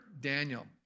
Daniel